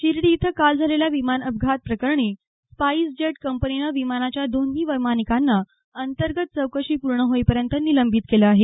शिर्डी इथं काल झालेल्या विमान अपघात प्रकरणी स्पाईस जेट कंपनीनं विमानाच्या दोन्ही वैमानिकांना अंतर्गत चौकशी पूर्ण होईपर्यंत निलंबित केलं आहे